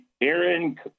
Aaron